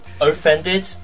offended